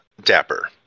Dapper